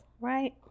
right